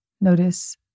Notice